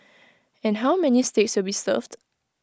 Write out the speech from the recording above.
and how many steaks will served